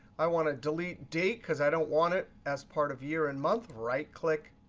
i want to delete date, because i don't want it as part of year and month. right click,